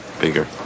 bigger